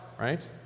right